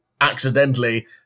accidentally